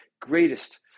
greatest